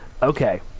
okay